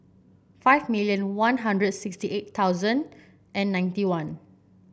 five million One Hundred sixty eight thousand and ninety one